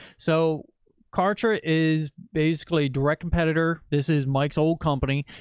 so kartra is basically direct competitor. this is mike's old company.